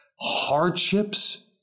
hardships